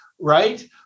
right